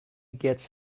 gets